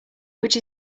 which